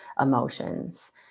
emotions